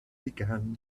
began